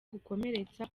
gukomeretsa